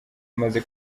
umaze